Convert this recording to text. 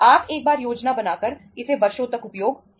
आप एक बार योजना बना कर इसे वर्षों तक उपयोग नहीं कर सकते हैं